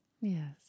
Yes